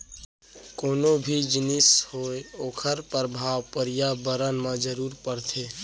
कोनो भी जिनिस होवय ओखर परभाव परयाबरन म जरूर परथे